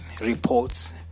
reports